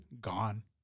gone